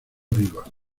viva